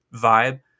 vibe